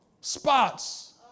spots